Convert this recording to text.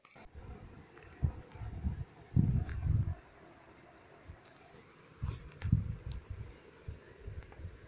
గత మూడేళ్లలో mortgage లాంటి మోసాల కేసులు రెట్టింపయినయ్